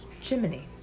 chimney